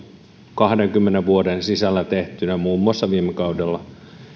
kahdenkymmenen vuoden sisällä tehtyjä muun muassa viime kaudella